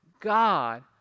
God